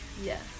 Yes